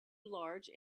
large